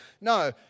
No